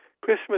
Christmas